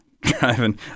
driving